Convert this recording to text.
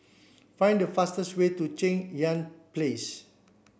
find the fastest way to Cheng Yan Place